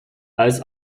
als